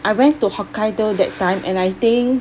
I went to hokkaido that time and I think